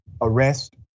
arrest